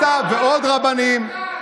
הרב סתיו ועוד רבנים,